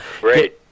Great